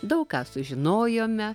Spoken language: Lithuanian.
daug ką sužinojome